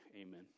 Amen